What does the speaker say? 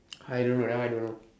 I don't know that one I don't know